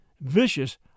vicious